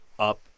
up